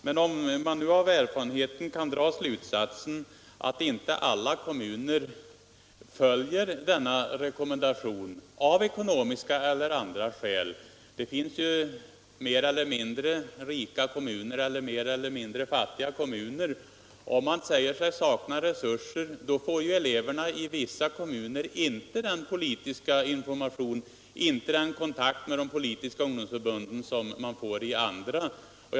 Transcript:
Herr talman! Det finns ju mer eller mindre rika kommuner och mer eller mindre fattiga kommuner, och man kanske kan dra slutsatsen att inte alla kommuner följer den här rekommendationen, av ekonomiska eller andra skäl. Om vissa kommuner säger sig sakna resurser får eleverna i dessa kommuners skolor inte den politiska information, den kontakt med de politiska ungdomsförbunden som eleverna i andra kommuners skolor får.